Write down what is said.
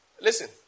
Listen